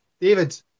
David